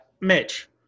Mitch